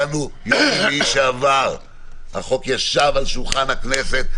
ביום רביעי שעבר הצעת החוק הייתה על שולחן הכנסת,